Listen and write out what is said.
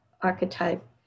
archetype